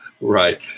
Right